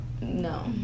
no